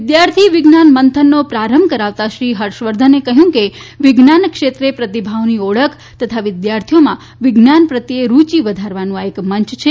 વિદ્યાર્થી વિજ્ઞાન મંથનનો પ્રારંભ કરાવતા શ્રી હર્ષવર્ધને કહ્યું કે વિજ્ઞાન ક્ષેત્રે પ્રતિભાઓની ઓળખ તથા વિદ્યાર્થીઓમાં વિજ્ઞાન પ્રત્યે રૂચિ વધારવાનું આ એક મંચ છે